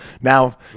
now